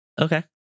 Okay